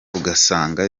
ugasanga